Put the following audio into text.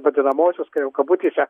vadinamosios kai jau kabutėse